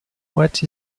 what